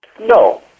No